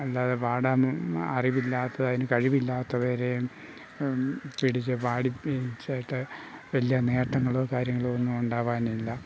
അല്ലാതെ പാടാൻ അറിവില്ലാത്തതിനും കഴിവില്ലാത്തവരെയും പിടിച്ച് പാടിപ്പിച്ചിട്ട് വലിയ നേട്ടങ്ങളോ കാര്യങ്ങളോ ഒന്നും ഉണ്ടാവാനില്ല